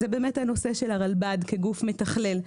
זה הנושא של הרלב"ד כגוף מתכלל.